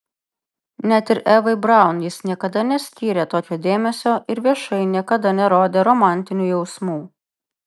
net ir evai braun jis niekada neskyrė tokio dėmesio ir viešai niekada nerodė romantinių jausmų